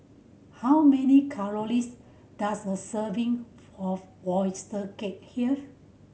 how many does a serving of oyster cake have